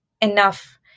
enough